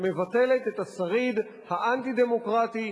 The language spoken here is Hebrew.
שמבטלת את השריד האנטי-דמוקרטי,